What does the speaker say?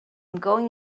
going